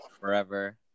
forever